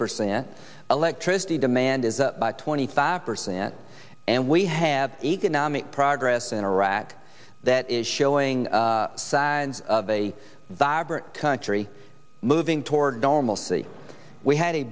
percent electricity demand is up by twenty five percent and we have economic progress in iraq that is showing signs of a vibrant country moving toward normalcy we had a